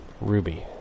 Ruby